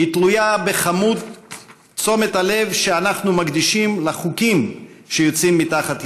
היא תלויה בכמות תשומת הלב שאנחנו מקדישים לחוקים שיוצאים מתחת ידינו,